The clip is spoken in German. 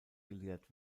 gelehrt